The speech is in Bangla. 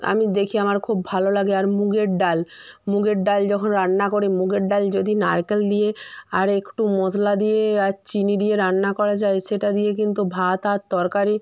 আমি দেখি আমার খুব ভালো লাগে আর মুগের ডাল মুগের ডাল যখন রান্না করি মুগের ডাল যদি নারকেল দিয়ে আর একটু মশলা দিয়ে আর চিনি দিয়ে রান্না করা যায় সেটা দিয়ে কিন্তু ভাত আর তরকারি